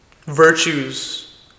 virtues